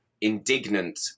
indignant